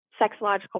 sexological